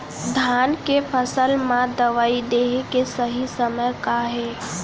धान के फसल मा दवई देहे के सही समय का हे?